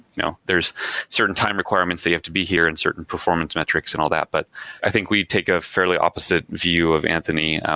you know certain time requirements that have to be here and certain performance metrics and all that, but i think we take a fairly opposite view of anthony.